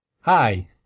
Hi